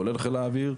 כולל חיל האוויר.